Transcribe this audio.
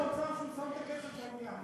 שר האוצר שהוא שם את הכסף לעניין.